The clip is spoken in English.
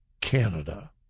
Canada